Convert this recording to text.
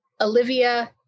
Olivia